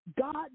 God